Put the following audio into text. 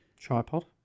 Tripod